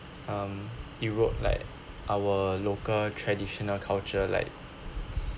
um it wrote like our local traditional culture like